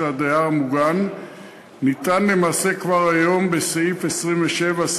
הדייר המוגן ניתן למעשה כבר היום בסעיף 27(1)